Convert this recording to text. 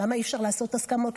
למה אי-אפשר לעשות את ההסכמות?